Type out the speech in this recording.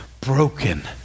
broken